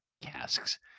casks